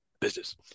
Business